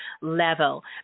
level